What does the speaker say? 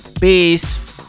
Peace